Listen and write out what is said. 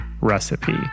recipe